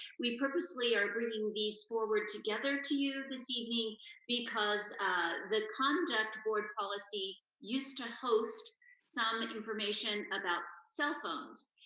we purposely are bringing these forward together to you this evening because the conduct board policy used to host some information about cell phones,